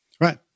Right